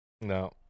No